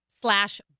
Slash